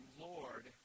Lord